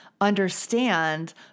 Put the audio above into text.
understand